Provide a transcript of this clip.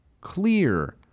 clear